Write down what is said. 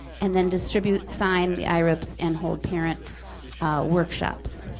and then distribute, sign the irips and hold parent workshops.